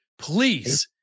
Please